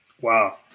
Wow